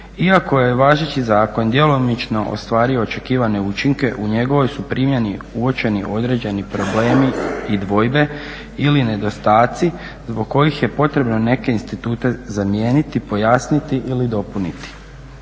Iako je važeći zakon djelomično ostvario očekivane učinke, u njegovoj su primjeni uočeni određeni problemi i dvojbe ili nedostaci zbog kojih je potrebno neke institute zamijeniti, pojasniti ili dopuniti,